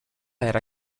era